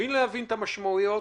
חייבים להבין את המשמעויות,